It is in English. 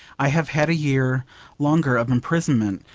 i have had a year longer of imprisonment,